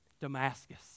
Damascus